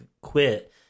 quit